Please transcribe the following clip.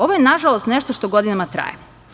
Ovo je, nažalost, nešto što godinama traje.